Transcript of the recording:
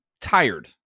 tired